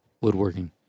woodworking